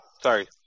Sorry